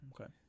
Okay